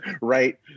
right